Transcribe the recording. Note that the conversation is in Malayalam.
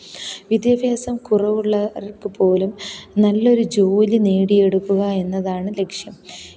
വിദ്യാഭ്യാസം കുറവുള്ളവർക്ക് പോലും നല്ലൊരു ജോലി നേടിയെടുക്കുക എന്നതാണ് ലക്ഷ്യം